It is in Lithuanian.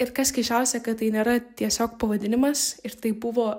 ir kas keisčiausia kad tai nėra tiesiog pavadinimas ir tai buvo